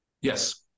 Yes